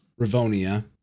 Ravonia